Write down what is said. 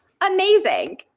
Amazing